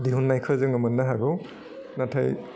दिहुन्नायखौ जोङो मोन्नो हागौ नाथाय